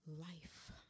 life